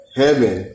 heaven